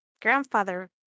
grandfather